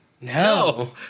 No